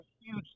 huge